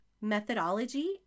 methodology